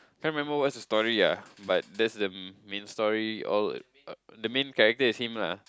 can't remember what is the story ah but that's the main story all the main character is him lah